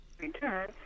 return